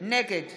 נגד